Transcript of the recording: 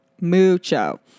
mucho